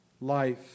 life